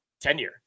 tenure